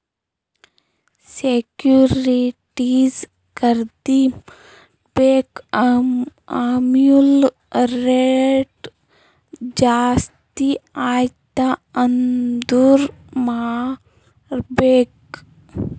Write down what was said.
securities ಖರ್ದಿ ಮಾಡ್ಬೇಕ್ ಆಮ್ಯಾಲ್ ರೇಟ್ ಜಾಸ್ತಿ ಆಯ್ತ ಅಂದುರ್ ಮಾರ್ಬೆಕ್